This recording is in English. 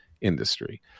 industry